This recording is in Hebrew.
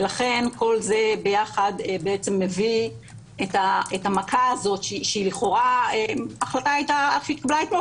ולכן כל זה ביחד מביא את המכה הזאת שלכאורה ההחלטה התקבלה אתמול,